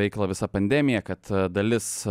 veiklą visa pandemija kad dalis